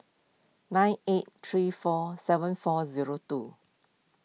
nine eight three four seven four zero two